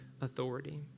authority